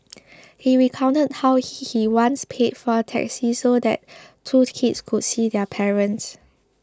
he recounted how he he once paid for a taxi so that two kids could see their parents